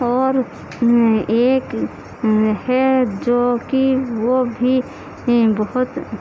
اور ایک ہے جو کہ وہ بھی بہت